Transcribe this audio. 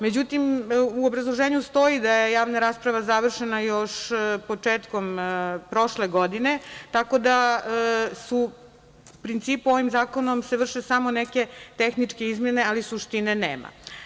Međutim, u obrazloženju stoji da je javna rasprava završena još početkom prošle godine, tako da se ovim zakonom vrše samo neke tehničke izmene ali suštine nema.